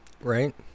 right